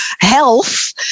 health